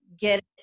get